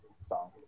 song